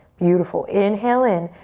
beautiful. inhale in.